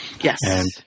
Yes